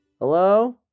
Hello